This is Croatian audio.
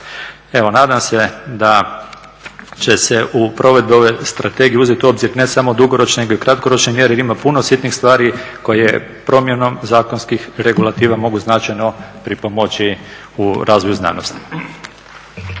Evo, nadam se da će se u provedbi ove strategije uzeti u obzir ne samo u dugoročnoj, nego i u kratkoročnoj mjeri jer ima puno sitnih stvari koje promjenom zakonskih regulativa mogu značajno pripomoći u razvoju znanosti.